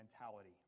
mentality